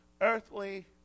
earthly